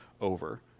over